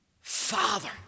Father